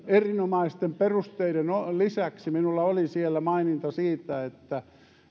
erinomaisten perusteiden lisäksi minulla oli siellä maininta siitä että